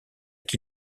qui